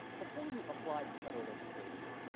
before you apply for federal registration,